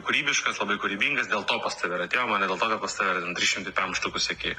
kūrybiškas labai kūrybingas dėl to pas tave ir atėjom o ne dėl to kad pas tave yra ten trys šimtai pem štukų sekėjų